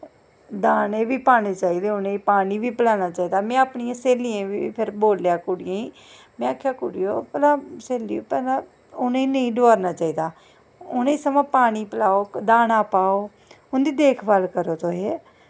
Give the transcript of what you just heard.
दानें बी पाने चाहिदे उ'नें गी पानी बी पलैना चाहिदा में अपनी स्हेलियें गी बी बोलेआ फिर कुड़ियें गी में आखेआ कुड़ियो उ'नें गी नेईं डोआरना चाहिदा उ'नें गी सग्गोआं पानी पलैओ दाना पाओ उं'दी देख भाल करो तुस